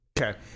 okay